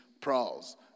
prowls